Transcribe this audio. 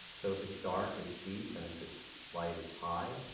so if it's dark, it's deep and if it's light, it's high.